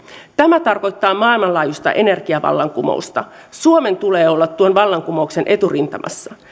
tämä tarkoittaa maailmanlaajuista energiavallankumousta suomen tulee olla tuon vallankumouksen eturintamassa